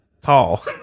Tall